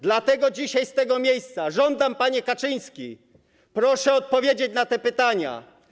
Dlatego dzisiaj z tego miejsca żądam, panie Kaczyński, proszę odpowiedzieć na te pytania.